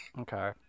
Okay